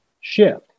shift